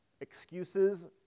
Excuses